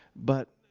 but,